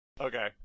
Okay